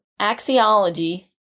axiology